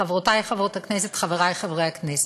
חברותי חברות הכנסת, חברי חברי הכנסת,